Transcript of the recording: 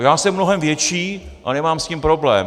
Já jsem mnohem větší a nemám s tím problém.